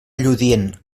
lludient